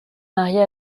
mariée